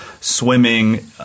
swimming